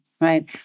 right